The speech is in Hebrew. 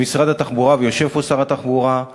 במשרד התחבורה, ויושב פה שר התחבורה,